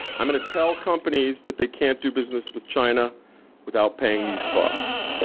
i'm gonna tell companies that they can't do business with china without paying these costs.